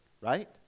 right